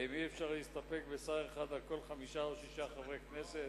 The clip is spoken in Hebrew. האם אי-אפשר להסתפק בשר אחד על כל חמישה או שישה חברי כנסת?